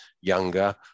younger